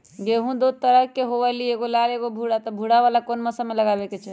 गेंहू दो तरह के होअ ली एगो लाल एगो भूरा त भूरा वाला कौन मौसम मे लगाबे के चाहि?